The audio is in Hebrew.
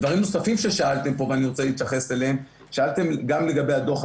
דברים נוספים ששאלתם פה ואני רוצה להתייחס אליהם שאלתם גם לגבי הדוח,